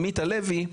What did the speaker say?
עמית הלוי,